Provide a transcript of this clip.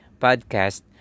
podcast